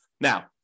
Now